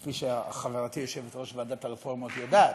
כפי שחברתי יושבת-ראש ועדת הרפורמות יודעת,